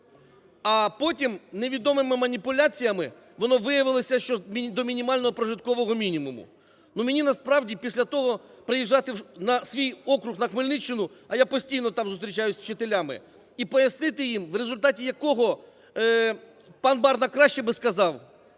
А потім невідомими маніпуляціями воно виявилося, що до мінімального прожиткового мінімуму. Мені насправді після того приїжджати на свій округ на Хмельниччину, а я постійно там зустрічаюсь з вчителями, і пояснити їм в результаті якого, пан Барна краще би сказав,